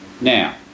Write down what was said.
Now